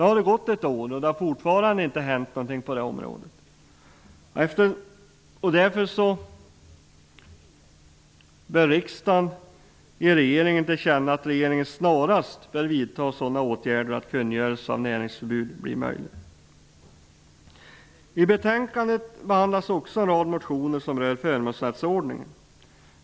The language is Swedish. Nu har det gått ett år, och det har fortfarande inte hänt någonting på det området. Därför bör riksdagen ge regeringen till känna att regeringen snarast bör vidta sådana åtgärder att kungörelse av näringsförbud blir möjligt. I betänkandet behandlas också en rad motioner som rör förmånsrättsordningen.